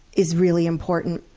is really important.